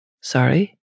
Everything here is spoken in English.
Sorry